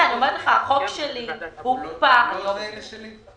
היא לא זהה לשלי.